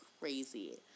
crazy